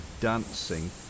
Dancing